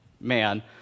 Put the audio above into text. man